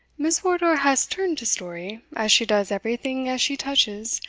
miss wardour has turned de story, as she does every thing as she touches,